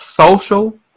social